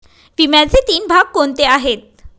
विम्याचे तीन भाग कोणते आहेत?